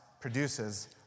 produces